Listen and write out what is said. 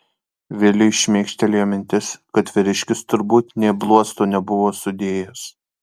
vilui šmėkštelėjo mintis kad vyriškis turbūt nė bluosto nebuvo sudėjęs